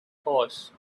horse